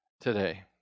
today